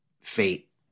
fate